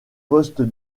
poste